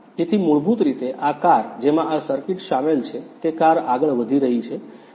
તેથી મૂળભૂત રીતે આ કાર જેમાં આ સર્કિટ શામેલ છે તે કાર આગળ વધી રહી છે અને તે કાર સરળતાથી કામ કરે છે